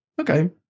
Okay